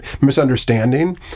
misunderstanding